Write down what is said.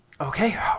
Okay